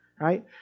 Right